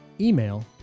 email